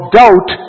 doubt